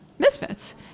misfits